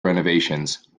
renovations